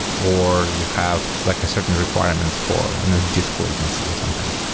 or you have like certain requirements for and disk latency or something